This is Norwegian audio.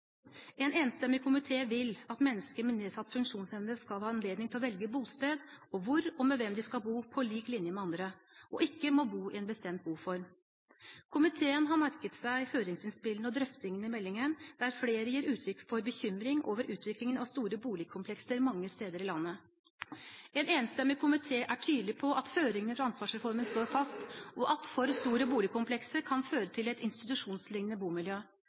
En enstemmig komité vil at mennesker med nedsatt funksjonsevne skal ha anledning til å velge bosted og hvor og med hvem de skal bo, på lik linje med andre, og ikke må bo i en bestemt boform. Komiteen har merket seg høringsinnspillene og drøftingene i meldingen der flere gir uttrykk for bekymring over utviklingen av store boligkomplekser mange steder i landet. En enstemmig komité er tydelig på at føringene fra ansvarsreformen står fast, og at for store boligkomplekser kan føre til et institusjonslignende bomiljø.